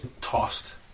tossed